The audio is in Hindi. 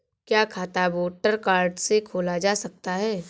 क्या खाता वोटर कार्ड से खोला जा सकता है?